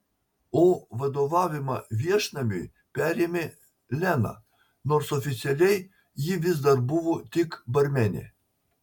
o vadovavimą viešnamiui perėmė lena nors oficialiai ji vis dar buvo tik barmenė